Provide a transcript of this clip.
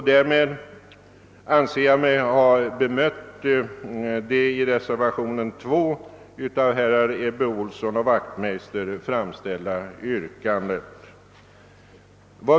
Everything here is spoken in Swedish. Därmed anser jag mig ha bemött det i reservationen II av herrar Ebbe Ohlsson och Wachtmeister framställda yrkandet.